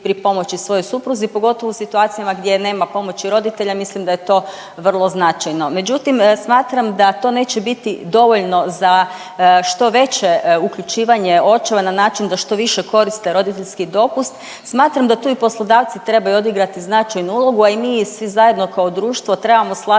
pripomoći svojoj supruzi, pogotovo u situacijama gdje nema pomoći roditelja, mislim da je to vrlo značajno. Međutim, smatram da to neće biti dovoljno za što veće uključivanje očeva na način da što više koriste roditeljski dopust. Smatram da tu i poslodavci trebaju odigrati značajnu ulogu, a i mi i svi zajedno kao društvo trebamo slati